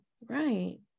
right